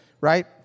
right